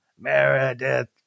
meredith